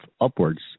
upwards